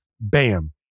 bam